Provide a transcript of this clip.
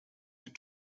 sie